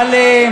אבל,